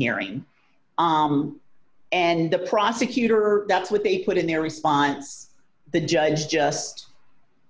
hearing and the prosecutor that's what they put in their response the judge just